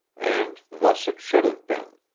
and thus it should have been.